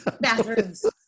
Bathrooms